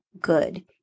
good